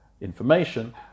information